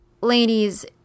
ladies